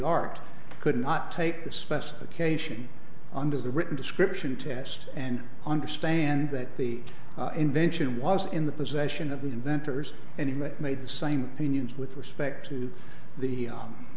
art could not take the specification under the written description test and understand that the invention was in the possession of the inventors and in that made the same opinions with respect to the